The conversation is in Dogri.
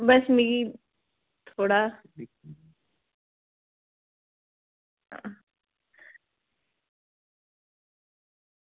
बस मिगी थोह्ड़ा